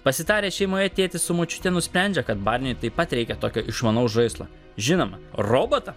pasitarę šeimoje tėtis su močiute nusprendžia kad barniui taip pat reikia tokio išmanaus žaislo žinoma robotą